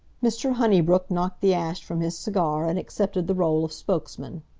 mr. honeybrook knocked the ash from his cigar and accepted the role of spokesman.